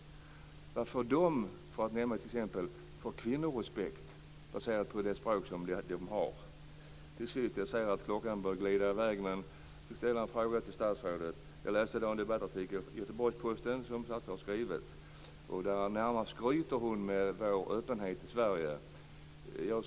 Vilken kvinnorespekt t.ex. får de; detta baserat på det språk som förekommer? Tiden börjar glida i väg men jag skulle vilja ställa en fråga till statsrådet. Jag läste i dag en debattartikel i Göteborgs-Posten som statsrådet har skrivit där hon närmast skryter med öppenheten i Sverige.